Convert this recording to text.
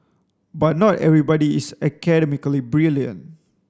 but not everybody is academically brilliant